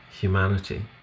humanity